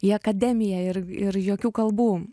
į akademiją ir ir jokių kalbų